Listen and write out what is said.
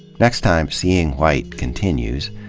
next time, seeing white continues.